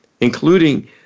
including